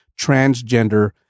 transgender